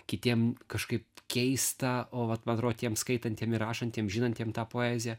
kitiem kažkaip keista o vat man atrodo tiem skaitantiem ir rašantiem žinantiem tą poeziją